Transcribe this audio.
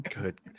good